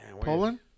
Poland